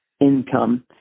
income